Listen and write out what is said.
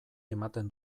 ematen